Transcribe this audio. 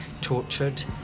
tortured